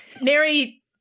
Mary